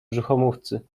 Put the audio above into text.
brzuchomówcy